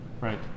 Right